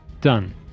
Done